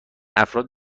افراد